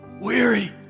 weary